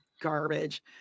Garbage